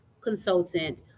consultant